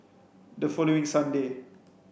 the following Sunday